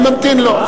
אני ממתין לו,